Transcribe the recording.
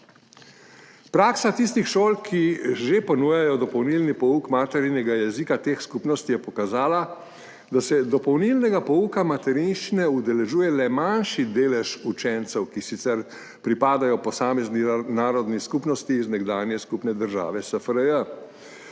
Praksa tistih šol, ki že ponujajo dopolnilni pouk maternega jezika teh skupnosti, je pokazala, da se dopolnilnega pouka materinščine udeležuje le manjši delež učencev, ki sicer pripadajo posamezni narodni skupnosti iz nekdanje skupne države SFRJ.